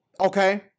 Okay